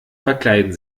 verkleiden